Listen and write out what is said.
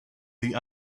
the